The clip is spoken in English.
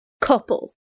couple